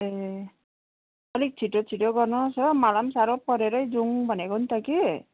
ए अलिक छिटो छिटो गर्नुहोस् हो मलाई पनि साह्रो परेर जाऊँ भनेको नि त कि